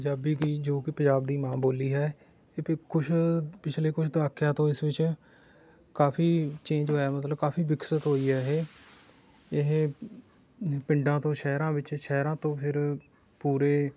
ਪੰਜਾਬੀ ਕੀ ਜੋ ਕਿ ਪੰਜਾਬ ਦੀ ਮਾਂ ਬੋਲੀ ਹੈ ਇਹ ਪਿ ਕੁਛ ਪਿਛਲੇ ਕੁਛ ਦਹਾਕਿਆਂ ਤੋਂ ਇਸ ਵਿੱਚ ਕਾਫੀ ਚੇਂਜ ਹੋਇਆ ਮਤਲਬ ਕਾਫੀ ਵਿਕਸਿਤ ਹੋਈ ਹੈ ਇਹ ਇਹ ਪਿੰਡਾਂ ਤੋਂ ਸ਼ਹਿਰਾਂ ਵਿੱਚ ਸ਼ਹਿਰਾਂ ਤੋਂ ਫਿਰ ਪੂਰੇ